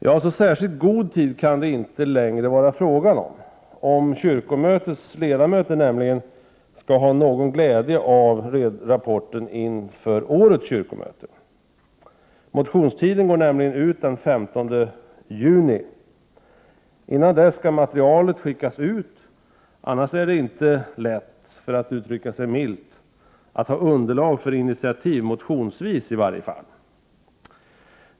Ja, så särskilt god tid kan det inte längre vara fråga om, om kyrkomötets ledamöter skall ha någon glädje av rapporten inför årets kyrkomöte. Motionstiden går nämligen ut den 15 juni. Innan dess skall materialet skickas ut, annars är det inte lätt — för att uttrycka sig milt — att ha underlag för initiativ, motionsvis i varje fall.